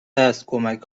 هست، کمک